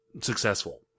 successful